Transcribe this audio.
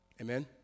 Amen